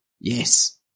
Yes